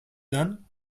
done